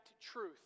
truth